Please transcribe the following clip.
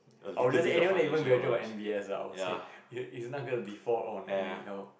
or there is anyone that even graduate from N_V_S lah I would say is not going to be fall on any